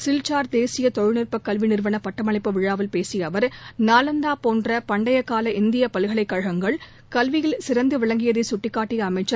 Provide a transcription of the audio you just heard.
சில்சார் தேசிய தொழில்நுட்பக் கல்வி நிறுவன பட்டமளிப்பு விழாவில் பேசிய அவர் நாலந்தா போன்ற பண்டைக்கால இந்திய பல்கலைக்கழகங்கள் கல்வியில் சிறந்து விளங்கியதை சுட்டிக்காட்டி அமைச்சர்